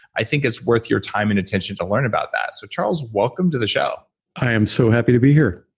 i think it's worth your time and attention to learn about that. so charles, welcome to the show i am so happy to be here